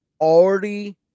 already